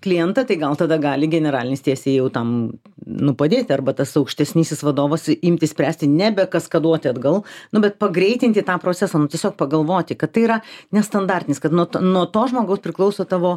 klientą tai gal tada gali generalinis tiesiai jau tam nu padėti arba tas aukštesnysis vadovas imti spręsti nebe kaskaduoti atgal nu bet pagreitinti tą procesą nu tiesiog pagalvoti kad tai yra nestandartinis kad nuo nuo to žmogaus priklauso tavo